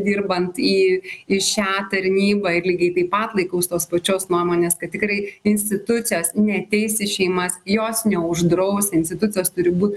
dirbant į į šią tarnybą ir lygiai taip pat laikaus tos pačios nuomonės kad tikrai institucijos neateis į šeimas jos neuždraus institucijos turi būt